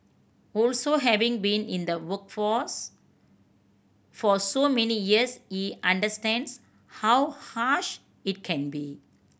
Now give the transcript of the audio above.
also having been in the workforce for so many years he understands how harsh it can be